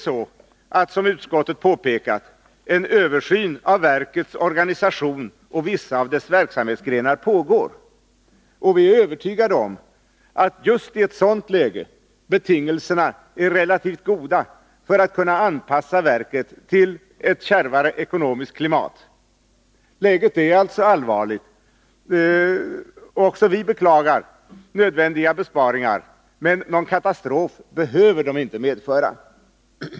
Såsom utskottet påpekar pågår emellertid en översyn av verkets organisation och av vissa av dess verksamhetsgrenar, och vi är övertygade om att just i ett sådant läge betingelserna är relativt goda för att kunna anpassa verket till ett kärvare ekonomiskt klimat. Läget är alltså allvarligt. Också vi beklagar de nödvändiga besparingarna, men någon katastrof behöver de inte medföra.